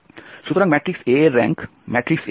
সুতরাং matrix A এর rank matrix A